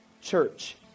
church